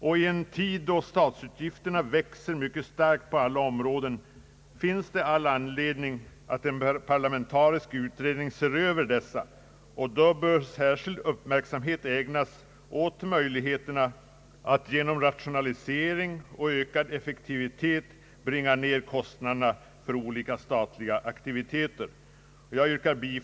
I en tid då statsutgifterna växer mycket starkt på alla områden, finns det all anledning att en parlamentarisk utredning ser över dessa, och då bör särskild uppmärksamhet ägnas möjligheterna att genom rationalisering och ökad effektivitet bringa ned kostnaderna för olika statliga aktiviteter.